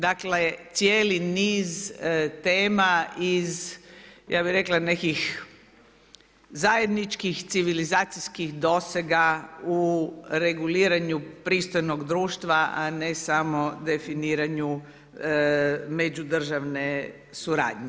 Dakle, cijeli niz tema iz ja bi rekla nekih zajedničkih civilizacijskih dosega u reguliranju pristojnog društva, a ne samo definiranju međudržavne suradnje.